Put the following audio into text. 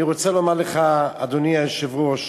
אני רוצה לומר לך, אדוני היושב-ראש,